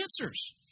answers